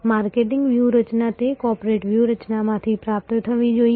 marketing વ્યૂહરચના તે corporate વ્યૂહરચનામાંથી પ્રાપ્ત થવી જોઈએ